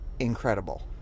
incredible